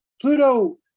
Pluto